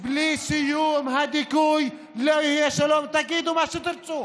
בלי סיום הדיכוי לא יהיה שלום, ותגידו מה שתרצו.